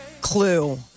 clue